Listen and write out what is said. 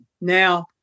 now